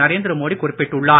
நரேந்திர மோடி குறிப்பிட்டுள்ளார்